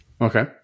Okay